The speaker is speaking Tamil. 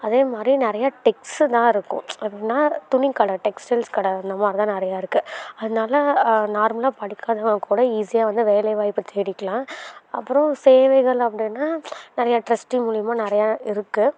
அதே மாதிரி நி றைய டெக்ஸ்ஸு தான் இருக்கும் எப்புடினா துணிக்கடை டெக்ஸ்டைல்ஸ் கடை இந்தமாரி தான் நிறையா இருக்குது அதனால நார்மலா படிக்காதவங்ககூட ஈசியாக வந்து வேலைவாய்ப்பு தேடிக்கலாம் அப்புறம் சேவைகள் அப்படின்னா நிறையா ட்ரஸ்ட் மூலிமா நிறையா இருக்குது